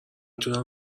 تونم